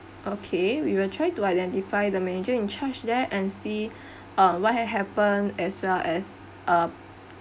okay we will try to identify the manager in charge there and see uh what had happened as well as uh